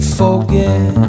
forget